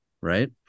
right